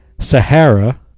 Sahara